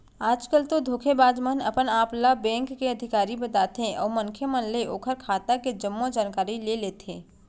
आज कल तो धोखेबाज मन अपन आप ल बेंक के अधिकारी बताथे अउ मनखे मन ले ओखर खाता के जम्मो जानकारी ले लेथे